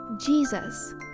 Jesus